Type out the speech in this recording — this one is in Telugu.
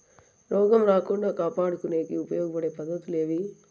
రోగం రాకుండా కాపాడుకునేకి ఉపయోగపడే పద్ధతులు ఏవి?